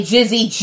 Jizzy